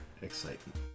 excitement